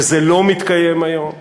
וזה לא מתקיים היום.